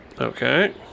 Okay